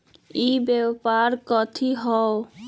ई व्यापार कथी हव?